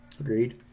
Agreed